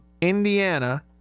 Indiana